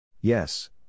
Yes